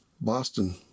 Boston